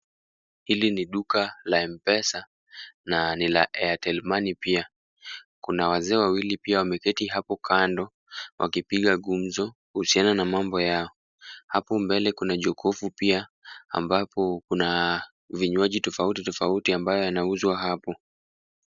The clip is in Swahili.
Hili ni duka la M-Pesa na ni la Airtel Money pia. Kuna wazee wawili pia wameketi hapo kando wakipiga gumzo kuhusiana na mambo yao. Hapo mbele kuna jokofu pia ambapo kuna vinywaji tofauti tofauti ambayo yanauzwa hapo.